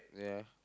ya